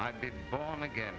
i've been born again